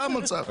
זה המצב.